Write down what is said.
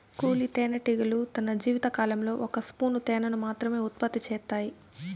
కూలీ తేనెటీగలు తన జీవిత కాలంలో ఒక స్పూను తేనెను మాత్రమె ఉత్పత్తి చేత్తాయి